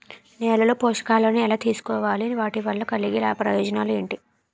నేలలో పోషకాలను ఎలా తెలుసుకోవాలి? వాటి వల్ల కలిగే ప్రయోజనాలు ఏంటి?